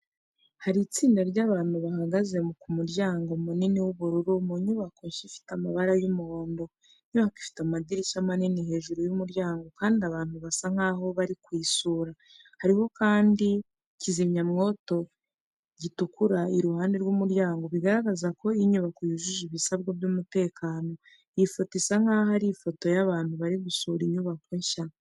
Hari itsinda ry'abantu bahagaze ku muryango munini w'ubururu mu nyubako nshya ifite amabara y'umuhondo. Inyubako ifite amadirishya manini hejuru y'umuryango, kandi abantu basa nk'aho bari kuyisura. Hariho kandi kizimyamwoto gitukura iruhande rw'umuryango, bigaragaza ko inyubako yujuje ibisabwa by'umutekano. Iyi foto isa nk'aho ari ifoto y'abantu bari gusura inyubako nshya.